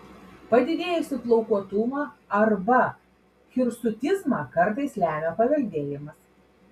padidėjusį plaukuotumą arba hirsutizmą kartais lemia paveldėjimas